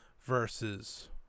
versus